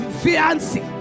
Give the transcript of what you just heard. fancy